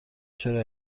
چرا